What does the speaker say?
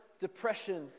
depression